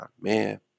man